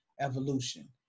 evolution